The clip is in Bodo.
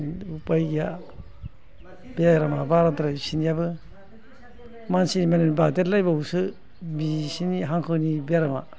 ओइ उफाय गैया बेरामा बाराद्राय इसिनियाबो मानसिमानि बारदेरलायबावोसो बिसिनि हांखोनि बेरामा